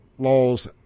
Laws